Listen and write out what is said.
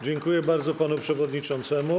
Dziękuję bardzo panu przewodniczącemu.